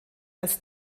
als